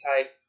type